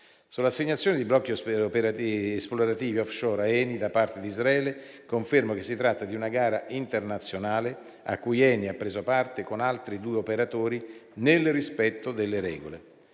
Sull'assegnazione di blocchi esplorativi *offshore* ad ENI da parte di Israele, confermo che si tratta di una gara internazionale a cui ENI ha preso parte con altri due operatori, nel rispetto delle regole.